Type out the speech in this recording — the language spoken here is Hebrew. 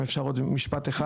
אם אפשר עוד משפט אחד,